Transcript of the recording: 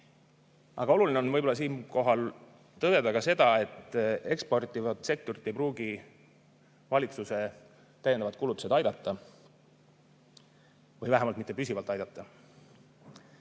Aga oluline on võib-olla siinkohal tõdeda ka seda, et eksportivat sektorit ei pruugi valitsuse täiendavad kulutused aidata või vähemalt mitte püsivalt aidata.